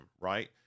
right